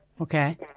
Okay